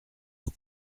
nos